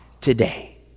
today